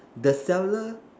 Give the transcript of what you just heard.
the seller